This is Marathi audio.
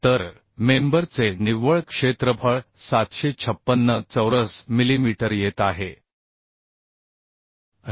तर मेंबर चे निव्वळ क्षेत्रफळ 756 चौरस मिलीमीटर येत आहे